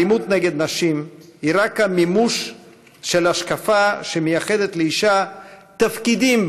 האלימות נגד נשים היא רק המימוש של השקפה שמייחדת לאישה "תפקידים",